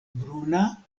bruna